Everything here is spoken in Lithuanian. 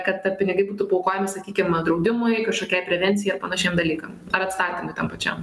kad pinigai būtų paaukojami sakykim draudimui kažkokiai prevencijai ar panašiem dalykam ar atstatymui tam pačiam